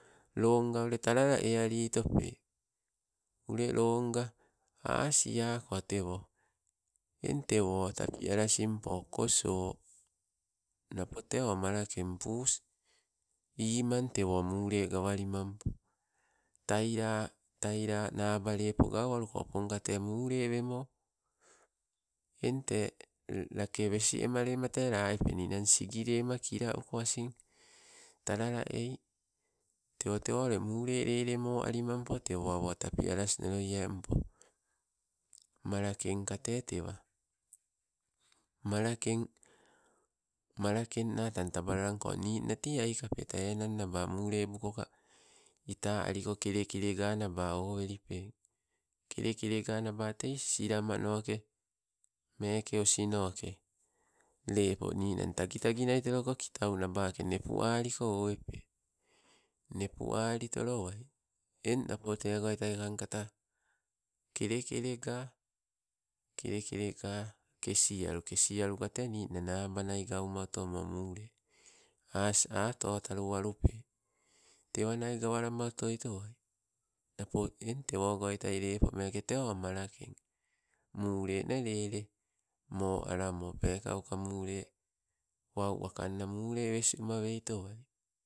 Loonga ule talala ealitope, ule lonnga asiako tewo eng tewo tapialasimpo, koso napo teo malakeng, pus, imang tewo mule gawalimampo. Talaia, taila naba lepo gau weluko, oponka te mule wemo. Eng tee lake wesiema lema tee la epe, ninang sigilema kila uko asin talala ei, tewo tewo ule mule lele mo alimapo, tewo awo tapi alasnoloie mpo. Malakengka te tewa, malakeng, malakenna tang taba lalako, ninna tei aikapeta, enang naba mulebuko ka ita aliko kelekele ganaba owelipeng, kelekelega naba te silamano, meke osnoke lepo ninang tagi tagi naitoloko, kitau nabake nepualiko owelipe. Nepualitolowai eng, napo tegoi tai kangkata kelekelega. Kelekelega kesialu, kesialu kate ninna naba nai gauma otomo mule. As ato taluwalupe, tewanai gawalama otoi toai napo, eng tewo goita lepo te oh malakeng, mule nne lele moalamo peekauka mule wau wakanna mule wesi uma weitoai.